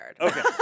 Okay